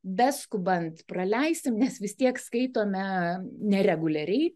beskubant praleisime nes vis tiek skaitome nereguliariai